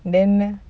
then